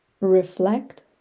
Reflect